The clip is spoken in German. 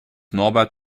norbert